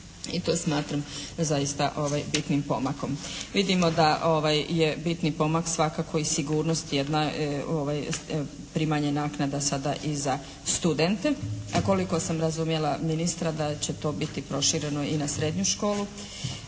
I tu smatram da zaista bitnim pomakom. Vidimo da bitni pomak je svakako i sigurnost jedna, primanje naknada sada i za studente. A koliko sam razumjela ministra da će to biti prošireno i na srednju školu.